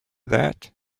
that